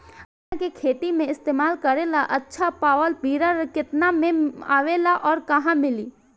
गन्ना के खेत में इस्तेमाल करेला अच्छा पावल वीडर केतना में आवेला अउर कहवा मिली?